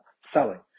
selling